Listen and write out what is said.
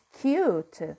cute